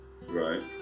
Right